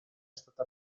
stata